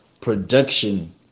production